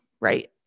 right